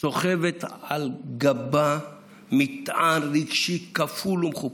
סוחב על גבו מטען רגשי כפול ומכופל,